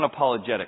Unapologetic